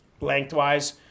lengthwise